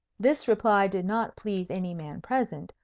this reply did not please any man present,